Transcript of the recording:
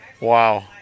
Wow